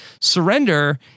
surrender